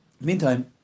meantime